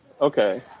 okay